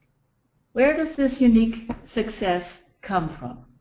where does this unique success come from?